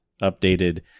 updated